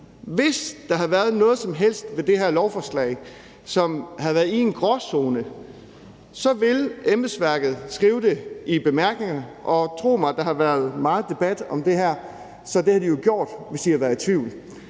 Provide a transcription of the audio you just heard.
Hvis der har været noget som helst ved det her lovforslag, som havde været i en gråzone, ville embedsværket skrive det i bemærkningerne. Og tro mig, der har været meget debat om det her, så det havde de jo gjort, hvis de havde været i tvivl.